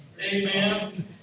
amen